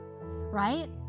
right